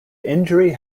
injury